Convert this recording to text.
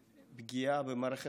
פגיעה במערכת המשפט,